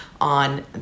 on